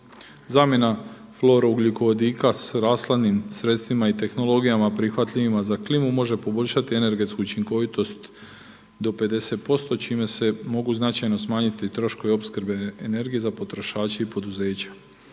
Zamjena fluorougljikovodika s rashladnim sredstvima i tehnologijama prihvatljivima za klimu može poboljšati energetsku učinkovitost do 50% čime se mogu značajno smanjiti troškovi opskrbe energije za potrošače i poduzeća.